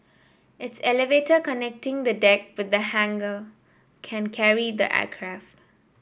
its elevator connecting the deck with the hangar can carry the aircraft